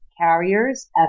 carriers